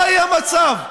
לא יהיה מצב.